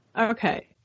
Okay